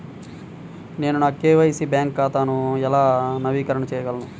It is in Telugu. నేను నా కే.వై.సి బ్యాంక్ ఖాతాను ఎలా నవీకరణ చేయగలను?